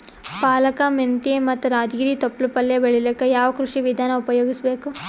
ಪಾಲಕ, ಮೆಂತ್ಯ ಮತ್ತ ರಾಜಗಿರಿ ತೊಪ್ಲ ಪಲ್ಯ ಬೆಳಿಲಿಕ ಯಾವ ಕೃಷಿ ವಿಧಾನ ಉಪಯೋಗಿಸಿ ಬೇಕು?